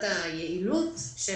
לדעתי זה יפגע ביעילות של